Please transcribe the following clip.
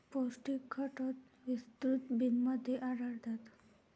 पौष्टिक घटक विस्तृत बिनमध्ये आढळतात